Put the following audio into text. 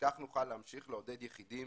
וכך נוכל להמשיך לעודד יחידים,